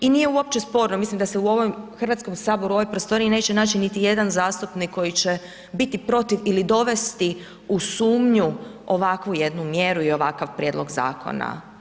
I nije uopće sporno, mislim da se u ovom Hrvatskom saboru u ovoj prostoriji neće naći niti jedan zastupnik koji će biti protiv ili dovesti u sumnju ovakvu jednu mjeru i ovakav prijedlog zakona.